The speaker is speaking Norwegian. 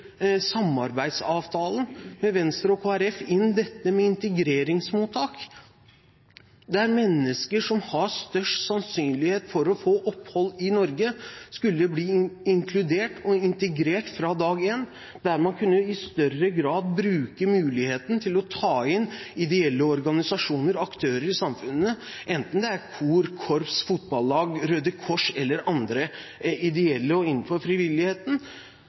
samarbeidsavtalen med Venstre og Kristelig Folkeparti inn dette med integreringsmottak, der mennesker som har størst sannsynlighet for å få opphold i Norge, skulle bli inkludert og integrert fra dag én, der man i større grad kunne bruke muligheten til å ta inn ideelle organisasjoner og aktører i samfunnet, enten det er kor, korps, fotballag, Røde Kors eller andre ideelle og innenfor frivilligheten,